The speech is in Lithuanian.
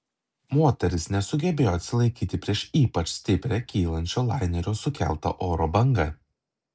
moteris nesugebėjo atsilaikyti prieš ypač stiprią kylančio lainerio sukeltą oro bangą